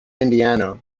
indiana